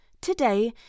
today